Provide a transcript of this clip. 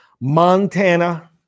Montana